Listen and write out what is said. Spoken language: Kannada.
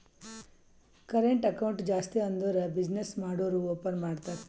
ಕರೆಂಟ್ ಅಕೌಂಟ್ ಜಾಸ್ತಿ ಅಂದುರ್ ಬಿಸಿನ್ನೆಸ್ ಮಾಡೂರು ಓಪನ್ ಮಾಡ್ತಾರ